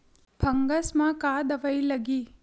Fungus म का दवाई लगी?